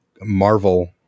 marvel